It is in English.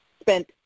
spent